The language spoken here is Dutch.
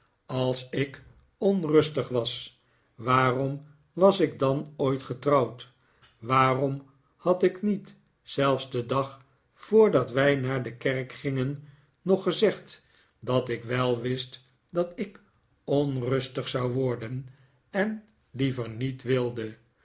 als ik onrustig was waarom was ik dan ooit getrouwd waarom had ik niet zelfs den dag voordat wij naar de kerk gingen nog gezegd dat ik wel wist dat ik onrustig zou worden en liever niet wilde